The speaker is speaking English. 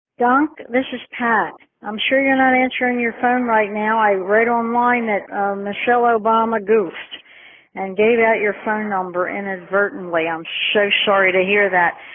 dunc, this is pat. i'm sure you're not answering your phone right now. i read online that michelle obama goofed and gave out your phone number inadvertently. i'm so sorry to hear that.